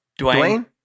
Dwayne